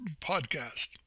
podcast